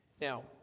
Now